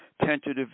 tentative